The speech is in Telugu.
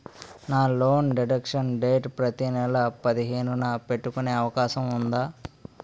నా లోన్ డిడక్షన్ డేట్ ప్రతి నెల పదిహేను న పెట్టుకునే అవకాశం ఉందా?